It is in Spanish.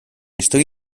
estoy